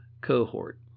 Cohort